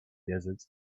desert